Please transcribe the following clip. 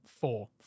four